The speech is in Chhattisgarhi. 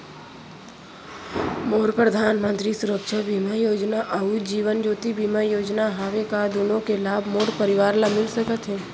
मोर परधानमंतरी सुरक्षा बीमा योजना अऊ जीवन ज्योति बीमा योजना हवे, का दूनो के लाभ मोर परवार ल मिलिस सकत हे?